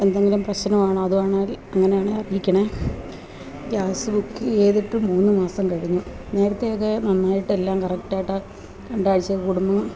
എന്തെങ്കിലും പ്രശ്നമാണോ അതുവാണേൽ അങ്ങനെയാണണെങ്കിൽ അറിയിക്കണേ ഗ്യാസ് ബുക്ക് ചെയ്തിട്ടും മൂന്ന് മാസം കഴിഞ്ഞു നേരത്തെ അതേ നന്നായിട്ടെല്ലാം കറക്റ്റ് ആയിട്ടാണ് രണ്ടാഴ്ച് കൂടുമ്പം